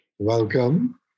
Welcome